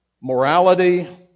morality